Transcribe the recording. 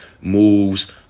moves